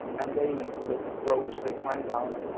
and they, with ropes, they climb down,